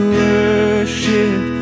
worship